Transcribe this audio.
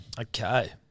Okay